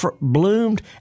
bloomed